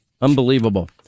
unbelievable